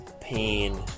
pain